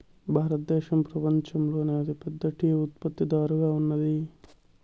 భారతదేశం పపంచంలోనే అతి పెద్ద టీ ఉత్పత్తి దారుగా ఉన్నాది